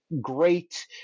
great